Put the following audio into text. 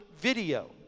video